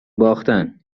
باختن